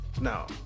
No